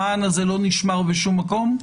המען הזה לא נשמר בשום מקום?